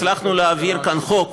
הצלחנו להעביר כאן חוק